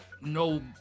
no